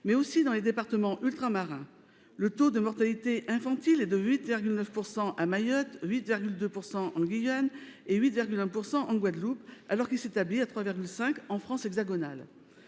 mais aussi dans les départements ultramarins : le taux de mortalité infantile est de 8,9 ‰ à Mayotte, de 8,2 ‰ en Guyane et de 8,1 ‰ en Guadeloupe, alors qu'il s'établit à 3,5 ‰ en France hexagonale.